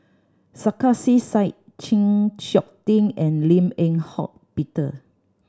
Sarkasi Said Chng Seok Tin and Lim Eng Hock Peter